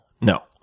No